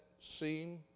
seem